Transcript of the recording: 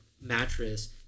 mattress